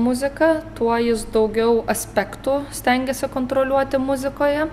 muzika tuo jis daugiau aspektų stengiasi kontroliuoti muzikoje